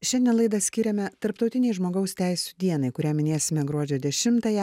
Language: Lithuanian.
šiandien laidą skiriame tarptautinei žmogaus teisių dienai kurią minėsime gruodžio dešimtąją